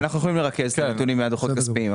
אנחנו יכולים לרכז את הנתונים מהדו"חות הכספיים,